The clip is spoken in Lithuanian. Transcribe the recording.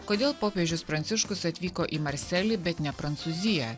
kodėl popiežius pranciškus atvyko į marselį bet ne prancūziją